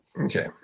Okay